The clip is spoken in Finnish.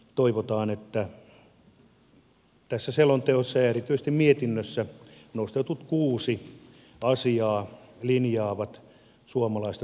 toivotaan että tässä selonteossa ja erityisesti mietinnössä nostetut kuusi asiaa linjaavat suomalaista tulevaisuuden metsäpolitiikkaa